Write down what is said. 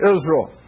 Israel